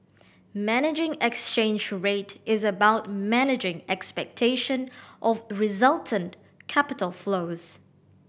managing exchange rate is about managing expectation of resultant capital flows